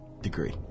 degree